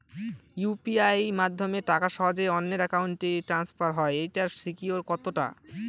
UPI মাধ্যমে টাকা সহজেই অন্যের অ্যাকাউন্ট ই ট্রান্সফার হয় এইটার সিকিউর কত টা?